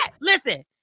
Listen